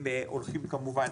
הם הולכים כמובן,